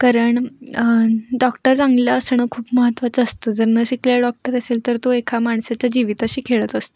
कारण डॉक्टर चांगलं असणं खूप महत्त्वाचं असतं जर न शिकल्या डॉक्टर असेल तर तो एका माणसाच्या जीविताशी खेळत असतो